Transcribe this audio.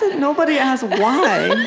nobody asks why